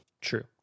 True